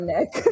Nick